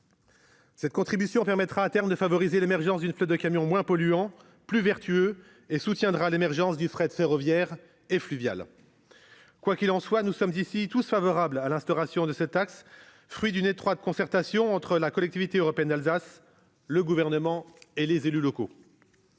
Cette contribution permettra à terme de favoriser l'émergence d'une flotte de camions moins polluants, plus vertueux, et soutiendra l'émergence du fret ferroviaire et fluvial. Quoi qu'il en soit, nous sommes tous favorables ici à l'instauration de cette taxe, fruit d'une étroite concertation entre la Collectivité européenne d'Alsace, le Gouvernement et les élus locaux.